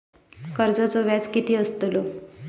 कर्जाचो व्याज कीती असताला?